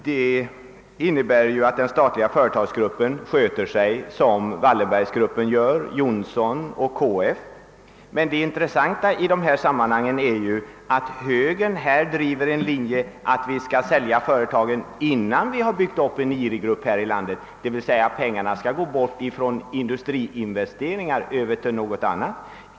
Detta innebär att den statliga företagsgruppen arbetar som Wallenberg-gruppen, Johnson-företagen och KF. Men det intressanta härvidlag är ju att högern driver linjen att vi skall sälja företagen innan en IRI-grupp byggts upp, dvs. att pengarna inte skall användas till industriinvesteringar utan till något annat.